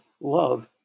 love